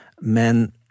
Men